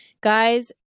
guys